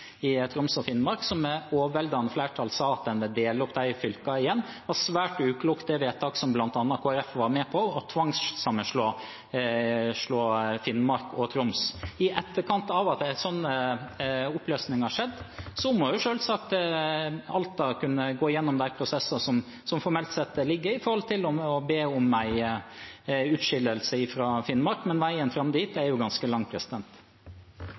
en vil dele dette fylket opp igjen. Det var svært uklokt, det vedtaket som bl.a. Kristelig Folkeparti var med på, om tvangssammenslåingen av Finnmark og Troms. I etterkant av at en sånn oppløsning har skjedd, må selvsagt Alta kunne gå gjennom de prosessene som formelt sett ligger der for å be om en utskillelse fra Finnmark. Men veien fram dit er ganske lang.